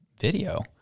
video